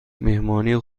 مهمانی